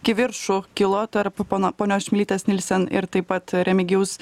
kivirčų kilo tarp pono ponios čmilytės nielsen ir taip pat remigijaus